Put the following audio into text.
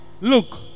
Look